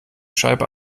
scheibe